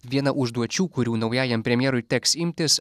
viena užduočių kurių naujajam premjerui teks imtis